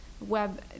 web